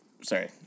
Sorry